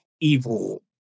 evil